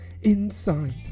inside